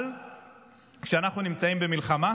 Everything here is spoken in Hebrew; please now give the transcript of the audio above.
אבל כשאנחנו נמצאים במלחמה,